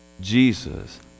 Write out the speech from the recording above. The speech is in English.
Jesus